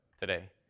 today